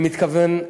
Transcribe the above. אני מתכוון,